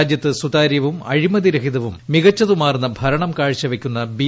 രാജ്യത്ത് സുതാര്യവും അഴിമതിരഹിതവും മികച്ചതുമാർന്ന ഭരണം കാഴ്ചവെയ്ക്കുന്ന ബി